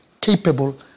capable